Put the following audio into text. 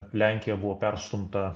lenkija buvo perstumta